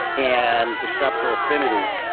and receptor affinity.